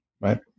Right